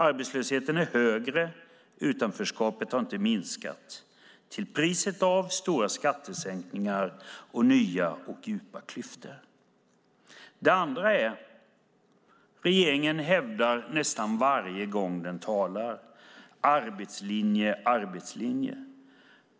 Arbetslösheten är högre, och utanförskapet har inte minskat - till priset av stora skattesänkningar och nya, djupa klyftor. Regeringen hävdar arbetslinjen nästan varje gång den talar.